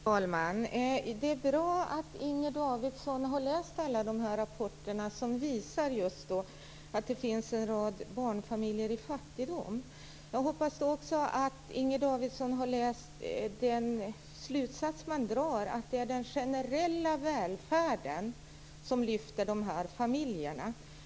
Fru talman! Det är bra att Inger Davidson har läst alla de rapporter som visar just att det finns en rad barnfamiljer i fattigdom. Jag hoppas att Inger Davidson också har läst den slutsats man drar, att det är den generella välfärden som lyfter upp de här familjerna.